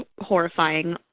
horrifying